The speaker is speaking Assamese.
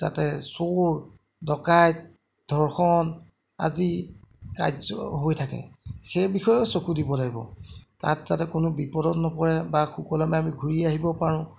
যাতে চুৰ ডকাইত ধৰ্ষণ আজি কাৰ্য্য হৈ থাকে সেইবিষয়েও চকু দিব লাগিব তাত যাতে কোনো বিপদত নপৰে বা সুকলমে আমি ঘূৰি আহিব পাৰোঁ